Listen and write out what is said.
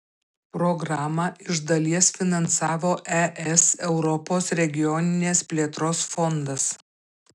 programą iš dalies finansavo es europos regioninės plėtros fondas